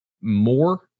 more